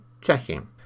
checking